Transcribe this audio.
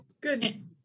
Good